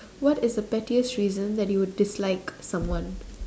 what is the pettiest reason that you would dislike someone